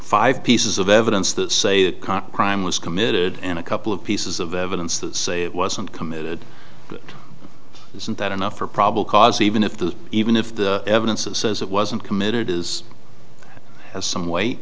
five pieces of evidence that say that comp crime was committed and a couple of pieces of evidence that say it wasn't committed that isn't that enough for probably cause even if the even if the evidence of says it wasn't committed is as some weight